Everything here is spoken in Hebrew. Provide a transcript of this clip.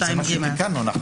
תיקנו את זה, לא?